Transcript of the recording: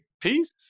peace